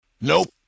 Nope